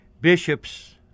Bishops